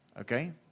okay